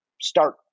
start